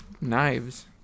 knives